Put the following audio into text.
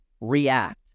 react